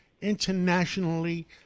internationally